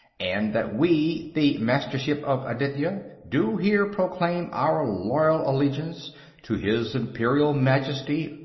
and that we, the mastership of aditya do here proclaim our loyal allegiance to his imperial majesty,